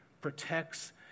protects